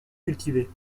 cultivés